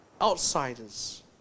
outsiders